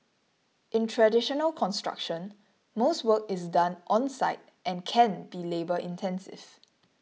in traditional construction most work is done on site and can be labour intensive